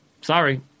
Sorry